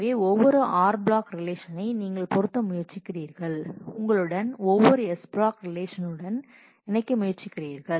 எனவே ஒவ்வொரு r block ரிலேஷனை நீங்கள் பொருத்த முயற்சிக்கிறீர்கள் உங்களுடன் ஒவ்வொரு s ப்ளாக் ரிலேஷனுடன் இணைக்க முயற்சிக்கிறீர்கள்